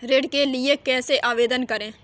ऋण के लिए कैसे आवेदन करें?